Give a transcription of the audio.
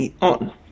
on